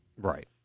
right